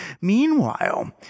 meanwhile